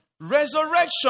Resurrection